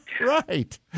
Right